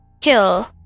kill